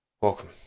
Welcome